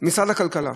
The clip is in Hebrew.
משרד הכלכלה.